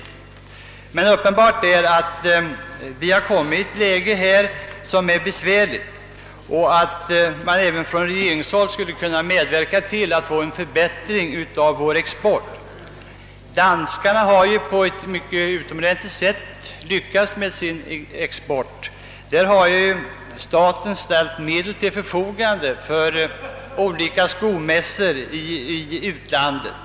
Det är emellertid uppenbart att vi på detta område kommit i ett besvärligt läge. Man skulle även från regeringshåll kunna medverka till att få till stånd en förbättring av vår export. Danskarna har ju på ett utomordentligt sätt lyckats med sin export. Staten har där ställt medel till förfogande för deltagande vid olika skomässor i utlandet.